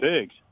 pigs